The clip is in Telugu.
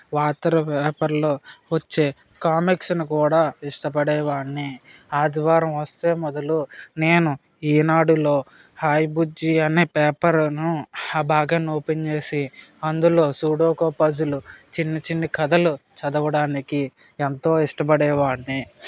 వార్తా పేపర్ లో వచ్చే కామిక్స్ ని కూడా ఇష్టపడే వాడిని ఆదివారం వస్తే మొదలు నేను ఈనాడులో హాయ్ బుజ్జి అనే పేపరు ను ఆ భాగాన్ని ఓపెన్ చేసి అందులో సూడోకో ఫజిల్ చిన్న చిన్న కథలు చదవడానికి ఎంతో ఇష్టపడేవాడిని